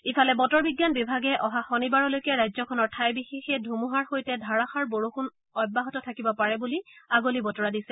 ইফালে বতৰ বিজ্ঞান বিভাগে অহা শনিবাৰলৈকে ৰাজ্যখনৰ ঠাই বিশেষে ধুমুহাৰ সৈতে ধাৰাষাৰ বৰযুণ অব্যাহত থাকিব পাৰে বুলি আগলি বতৰা দিছে